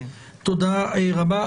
תודה רבה.